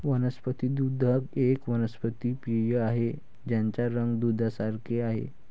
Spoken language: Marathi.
वनस्पती दूध एक वनस्पती पेय आहे ज्याचा रंग दुधासारखे आहे